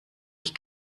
ich